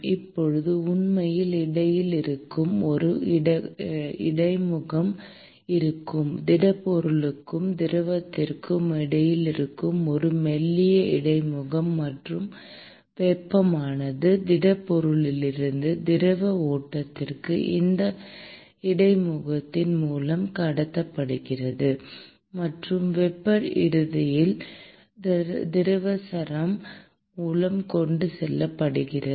இப்போது உண்மையில் இடையில் இருக்கும் ஒரு இடைமுகம் இருக்கும் திடப்பொருளுக்கும் திரவத்திற்கும் இடையில் இருக்கும் ஒரு மெல்லிய இடைமுகம் மற்றும் வெப்பமானது திடப்பொருளிலிருந்து திரவ ஓட்டத்திற்கு இந்த இடைமுகத்தின் மூலம் கடத்தப்படுகிறது மற்றும் வெப்பம் இறுதியில் திரவ சரம் மூலம் கொண்டு செல்லப்படுகிறது